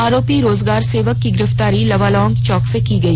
आरोपी रोजगार सेवक की गिरफ्तारी लावालौंग चौक से की गई